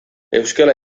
euskara